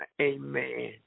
Amen